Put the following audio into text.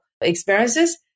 experiences